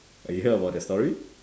you heard about that story